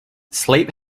sleep